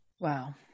Wow